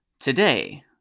Today